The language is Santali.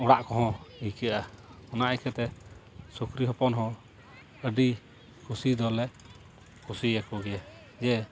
ᱚᱲᱟᱜ ᱠᱚᱦᱚᱸ ᱟᱹᱭᱠᱟᱹᱜᱼᱟ ᱚᱱᱟ ᱦᱮᱡ ᱠᱟᱛᱮᱜ ᱥᱩᱠᱨᱤ ᱦᱚᱯᱚᱱ ᱦᱚᱸ ᱟᱹᱰᱤ ᱠᱩᱥᱤ ᱫᱚᱞᱮ ᱠᱩᱥᱤᱭᱟᱠᱚ ᱜᱮᱭᱟ ᱡᱮ